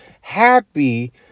happy